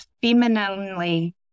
femininely